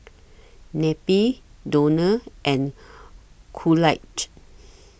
Neppie Donal and Coolidge